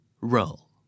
Roll